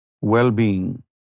well-being